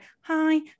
hi